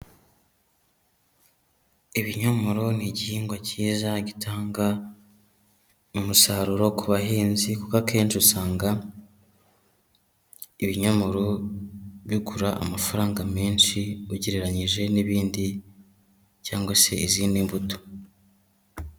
Ibinyomoro ni igihingwa cyiza gitanga umusaruro ku bahinzi, kuko akenshi usanga ibinyomoro bigura amafaranga menshi, ugereranyije n'ibindi cyangwa se izindi mbuto.